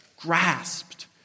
grasped